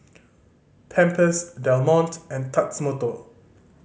Pampers Del Monte and Tatsumoto